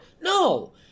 No